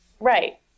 Right